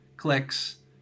Clicks